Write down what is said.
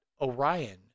Orion